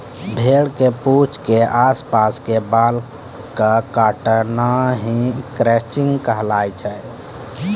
भेड़ के पूंछ के आस पास के बाल कॅ काटना हीं क्रचिंग कहलाय छै